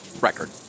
record